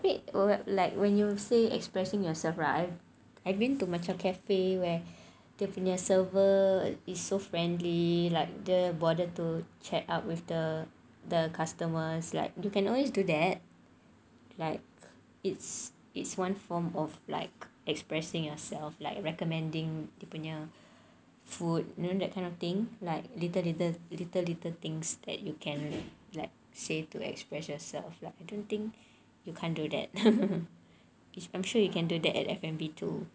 tapi macam like when you say expressing yourself right I've been to macam cafe where dia punya server is so friendly like dia bother to check up with the the customers like you can always do that like it's it's one form of like expressing yourself like recommending dia punya food you know that kind of thing like little little little little things that you can like say to express yourself like I think think you can't do that if I'm sure you can do that at F&B too